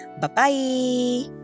Bye-bye